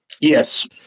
Yes